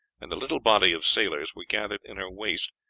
and the little body of sailors were gathered in her waist,